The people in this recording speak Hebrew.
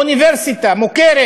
אוניברסיטה מוכרת?